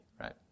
Right